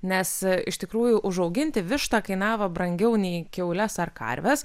nes iš tikrųjų užauginti vištą kainavo brangiau nei kiaules ar karves